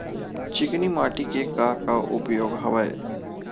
चिकनी माटी के का का उपयोग हवय?